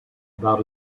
about